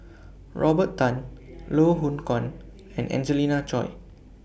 Robert Tan Loh Hoong Kwan and Angelina Choy